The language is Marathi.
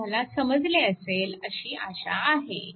हे तुम्हाला समजले असेल अशी आशा आहे